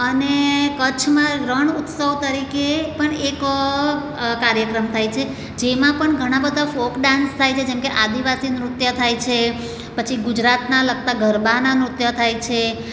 અને કચ્છમાં રણોત્સવ તરીકે પણ એક કાર્યક્રમ થાય છે જેમાં પણ ઘણાં બધા ફોક ડાન્સ થાય છે જેમકે આદિવાસી નૃત્ય થાય છે પછી ગુજરાતનાં લગતા ગરબાનાં નૃત્ય થાય છે